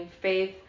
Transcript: faith